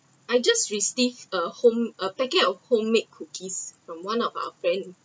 I just received a home a package of homemade cookies from one of our friends